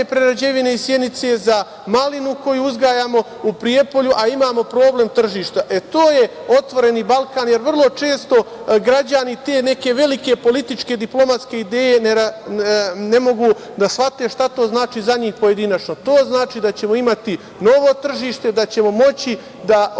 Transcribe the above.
prerađevine iz Sjenice, za malinu koju uzgajamo u Prijepolju, a imamo problem tržišta. E, to je „Otvoreni Balkan“, jer vrlo često građani te neke velike političke diplomatske ideje ne mogu da shvate šta to znači za njih pojedinačno. To znači da ćemo imati novo tržište, da ćemo moći da ono